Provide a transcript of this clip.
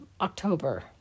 October